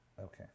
Okay